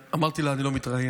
אמרתי לה: אני לא מתראיין.